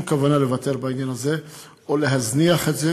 כוונה לוותר בעניין הזה או להזניח את זה.